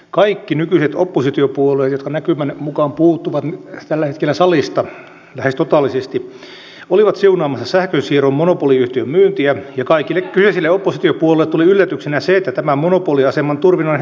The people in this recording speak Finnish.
kaikki nykyiset oppositiopuolueet jotka näkymän mukaan puuttuvat tällä hetkellä salista lähes totaalisesti olivat siunaamassa sähkönsiirron monopoliyhtiön myyntiä ja kaikille nykyisille oppositiopuolueille tuli yllätyksenä se että tämän monopoliaseman turvin on helppo nostaa hintoja